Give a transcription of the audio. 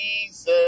Jesus